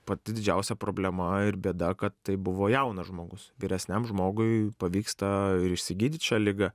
pati didžiausia problema ir bėda kad tai buvo jaunas žmogus vyresniam žmogui pavyksta ir išsigydyt šią ligą